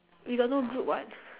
we got no group [what]